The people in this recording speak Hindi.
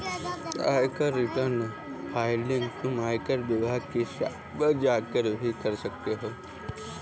आयकर रिटर्न फाइलिंग तुम आयकर विभाग की साइट पर जाकर भी कर सकते हो